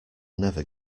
never